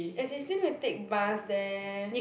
as in still need to take bus there